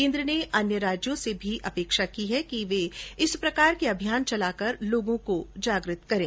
केन्द्र ने अन्य राज्यों से भी अपेक्षा की है कि वे भी ऐसे अभियान चलाकर लोगों को जागरूक करें